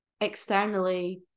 externally